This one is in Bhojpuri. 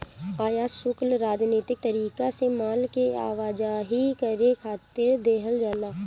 आयात शुल्क राजनीतिक तरीका से माल के आवाजाही करे खातिर देहल जाला